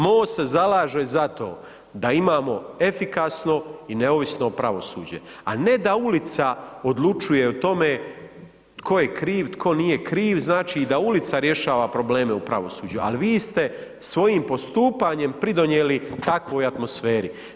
MOST se zalaže za to da imamo efikasno i neovisno pravosuđe, a ne da ulica odlučuje o tome tko je kriv, tko nije kriv znači da ulica rješava probleme u pravosuđu, ali vi ste svojim postupanjem pridonijeli takvoj atmosferi.